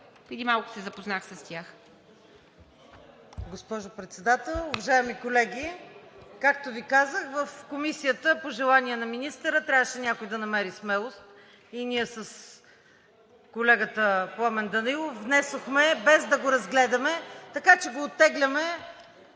преди малко се запознах с тях. МАРИЯ КАПОН (ИБГНИ): Госпожо Председател, уважаеми колеги! Както Ви казах, в Комисията – по желание на министъра, трябваше някой да намери смелост и ние с колегата Пламен Данаилов внесохме, без да го разгледаме – така че го оттегляме